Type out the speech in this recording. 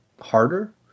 harder